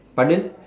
pardon